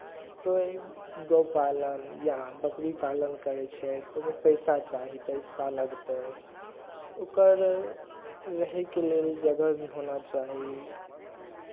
कोइ गौ पालन या बकरी पालन करै छै तऽ ओहिमे पैसा चाही पैसा लगतै ओकर रहयके लेल जगह भी होना चाही